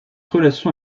relation